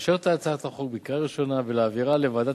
לאשר את הצעת החוק בקריאה ראשונה ולהעבירה לוועדת